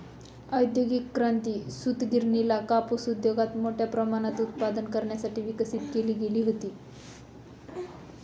औद्योगिक क्रांती, सूतगिरणीला कापूस उद्योगात मोठ्या प्रमाणात उत्पादन करण्यासाठी विकसित केली गेली होती